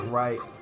right